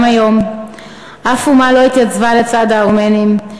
גם היום אף אומה לא התייצבה לצד הארמנים.